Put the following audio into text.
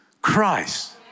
Christ